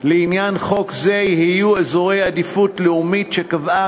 לעניין חוק זה יהיו אזורי עדיפות לאומית שקבעה